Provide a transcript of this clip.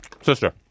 Sister